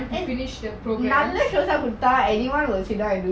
to finish the programs